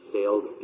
Sailed